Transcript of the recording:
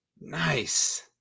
Nice